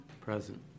Present